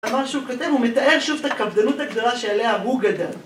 אמר שוב, כותב, הוא מתאר שוב את הקפדנות הגדולה שעליה הוא גדל